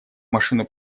машину